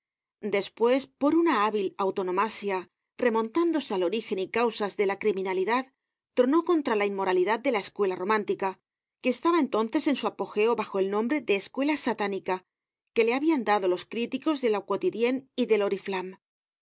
despues por una hábil antonomasia remontándose al orígen y causas de la criminalidad tronó contra la inmoralidad de la escuela romántica que estaba entonces en su apogeo bajo el nombre de esctiela satánica que le habiañ dado los críticos de la quottidienne y del oriflamme